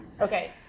Okay